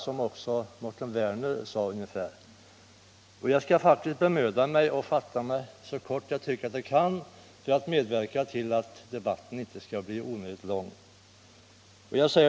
Ungefär så sade även herr Werner i Malmö. Jag skall fatta mig så kort jag kan för att medverka till att debatten inte blir onödigt lång.